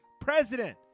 president